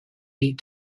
need